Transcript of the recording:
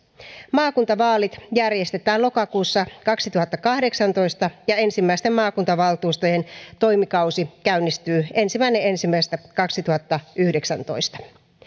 maakuntavaalit järjestetään lokakuussa kaksituhattakahdeksantoista ja ensimmäisten maakuntavaltuustojen toimikausi käynnistyy ensimmäinen ensimmäistä kaksituhattayhdeksäntoista